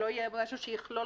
שלא יהיה משהו שיכלול